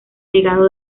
legado